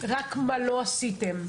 רק מה לא עשיתם.